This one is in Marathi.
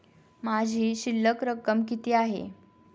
माझी शिल्लक रक्कम किती आहे?